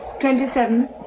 Twenty-seven